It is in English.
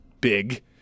big